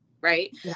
Right